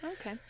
Okay